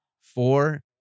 Four